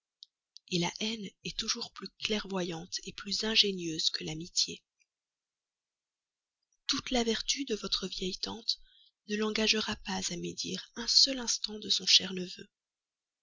hait la haine est toujours plus ingénieuse plus clairvoyante que l'amitié toute la vertu de votre vieille tante ne l'engagera pas à médire un seul instant de son cher neveu